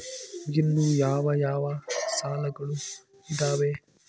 ಇನ್ನು ಯಾವ ಯಾವ ಸಾಲಗಳು ಇದಾವೆ?